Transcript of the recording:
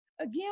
again